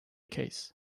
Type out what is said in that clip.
case